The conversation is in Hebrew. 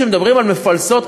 מדברים על מפלסות,